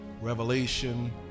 revelation